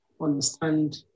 understand